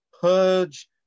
purge